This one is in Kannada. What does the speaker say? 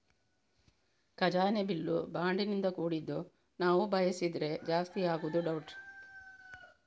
ಖಜಾನೆ ಬಿಲ್ಲು ಬಾಂಡಿನಿಂದ ಕೂಡಿದ್ದು ನಾವು ಬಯಸಿದ್ರೆ ಜಾಸ್ತಿ ಆಗುದು ಡೌಟ್